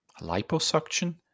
Liposuction